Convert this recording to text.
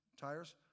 tires